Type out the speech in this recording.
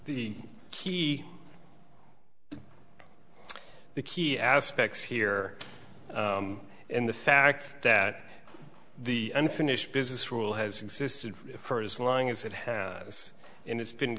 key the key aspects here and the fact that the unfinished business rule has existed for as long as it has and it's been